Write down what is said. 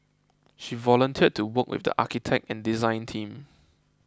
she volunteered to work with the architect and design team